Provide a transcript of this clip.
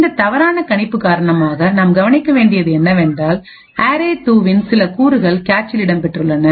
இந்த தவறான கணிப்பு காரணமாக நாம் கவனிக்க வேண்டியது என்னவென்றால்அரே2 இன் சில கூறுகள் கேச்சில் இடம்பெற்றுள்ளன